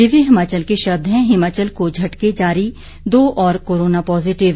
दिव्य हिमाचल के शब्द हैं हिमाचल को झटके जारी दो और कोरोना पॉजिटिव